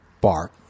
bar